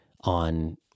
on